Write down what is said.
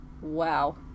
Wow